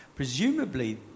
Presumably